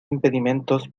impedimentos